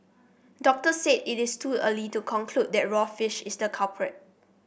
doctor said it is too early to conclude that raw fish is the culprit